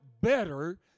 better